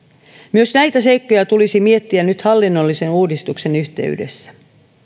myös näitä seikkoja tulisi miettiä nyt hallinnollisen uudistuksen yhteydessä